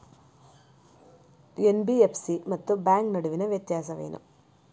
NBFC ಮತ್ತು bank ನಡುವಿನ ವ್ಯತ್ಯಾಸವೇನು?